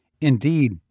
Indeed